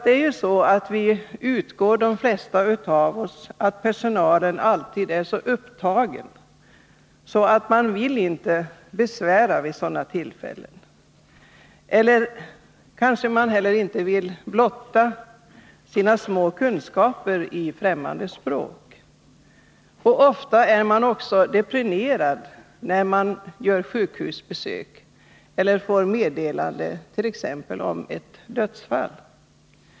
De flesta av oss utgår ju från att personalen alltid är upptagen, och man vill inte besvära vid sådana tillfällen. Man vill kanske inte heller blotta att man har små kunskaper i främmande språk. Ofta är man också deprimerad när man gör sjukhusbesök eller får meddelande om t.ex. ett dödsfall.